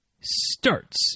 starts